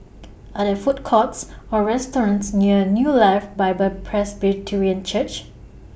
Are There Food Courts Or restaurants near New Life Bible Presbyterian Church